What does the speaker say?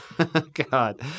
God